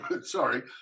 sorry